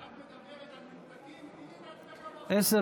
חברת הכנסת יוליה מלינובסקי, תודה רבה לך.